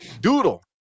doodle